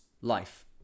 life